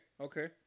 Okay